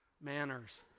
manners